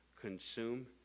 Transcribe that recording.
consume